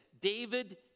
David